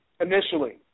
initially